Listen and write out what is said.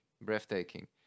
breathtaking